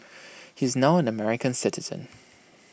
he is now an American citizen